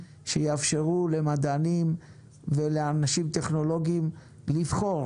שיאפשרו למדענים ולאנשים טכנולוגים לבחור,